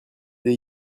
des